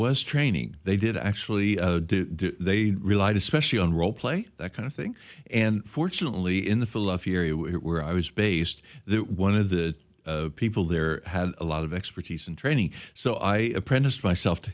was training they did actually they relied especially on role play that kind of thing and fortunately in the philosophy area where it where i was based there one of the people there had a lot of expertise in training so i apprenticed myself to